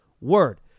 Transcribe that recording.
word